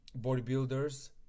bodybuilders